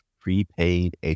prepaid